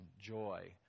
joy